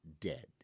dead